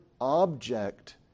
object